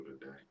today